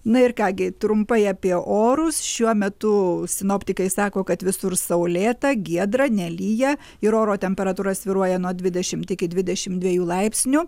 na ir ką gi trumpai apie orus šiuo metu sinoptikai sako kad visur saulėta giedra nelyja ir oro temperatūra svyruoja nuo dvidešimt iki dvidešim dviejų laipsnių